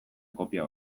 kopia